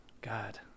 God